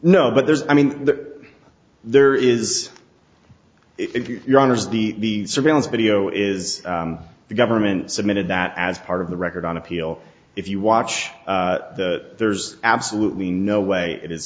no but there's i mean that there is if you're honest the surveillance video is the government submitted that as part of the record on appeal if you watch that there's absolutely no way it